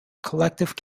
collective